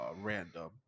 random